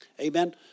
Amen